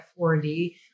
4D